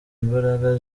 imbaraga